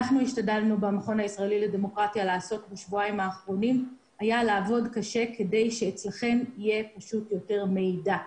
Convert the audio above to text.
במכון הישראלי לדמוקרטיה אנחנו עבדנו קשה כדי שאצלכם יהיה יותר מידע: